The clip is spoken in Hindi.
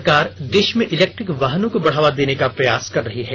सरकार देश में इलेक्ट्रिक वाहनों को बढ़ावा देने का प्रयास कर रही है